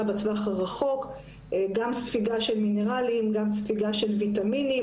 בטווח הרחוק - גם של מינרלים וגם של ויטמינים.